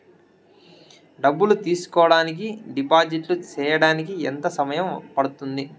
డబ్బులు తీసుకోడానికి డిపాజిట్లు సేయడానికి ఎంత సమయం పడ్తుంది